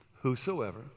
Whosoever